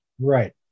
Right